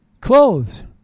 clothes